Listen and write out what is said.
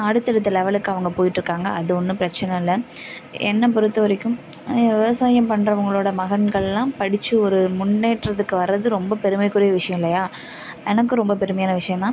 அடுத்தடுத்த லெவெலுக்கு அவங்க போய்ட்டு இருக்காங்க அது ஒன்றும் பிரச்சனை இல்லை என்ன பொறுத்த வரைக்கும் விவசாயம் பண்ணுறவங்களோட மகன்கள்லாம் படித்து ஒரு முன்னேற்றத்துக்கு வர்றது ரொம்ப பெருமைக்குரிய விஷயம் இல்லையா எனக்கு ரொம்ப பெருமையான விஷயந்தான்